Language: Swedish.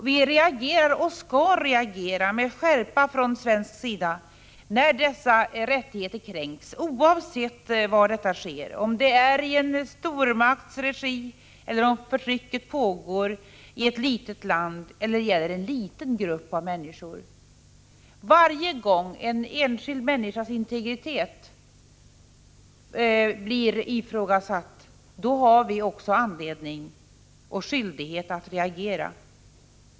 Vi reagerar, och skall reagera, med skärpa när dessa rättigheter kränks, oavsett var detta sker — om kränkningarna sker i en stormakts regi, om förtrycket pågår i ett litet land eller om det rör sig om en liten grupp av människor. Varje gång en enskild människas integritet blir ifrågasatt har vi också anledning och skyldighet att reagera.